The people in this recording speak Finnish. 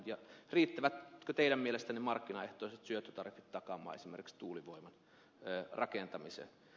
ja riittävätkö teidän mielestänne markkinaehtoiset syöttötariffit takaamaan esimerkiksi tuulivoiman rakentamisen